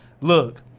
look